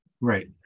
Right